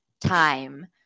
time